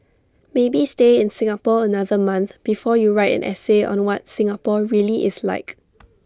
maybe stay in Singapore another month before you write an essay on what Singapore really is like